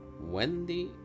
Wendy